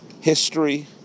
history